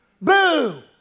boo